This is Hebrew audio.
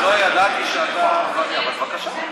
לא ידעתי שאתה, אבל בבקשה.